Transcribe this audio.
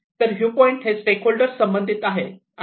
तर view point हे stake holders संबंधित आहे